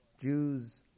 Jews